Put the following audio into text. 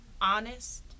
honest